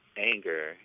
Anger